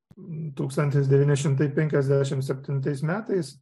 tūkstantis devyni šimtai penkiasdešimt septintais metais